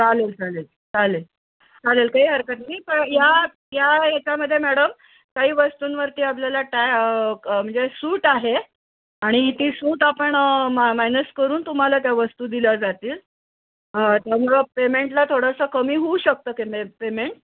चालेल चालेल चालेल चालेल काही हरकत नाही कारण या या याच्यामध्ये मॅडम काही वस्तूंवरती आपल्याला टाय म्हणजे सूट आहे आणि ती सूट आपण मा मायनस करून तुम्हाला त्या वस्तू दिल्या जातील तुमाला पेमेंटला थोडंसं कमी होऊ शकतं ते पेमेंट